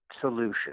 Solution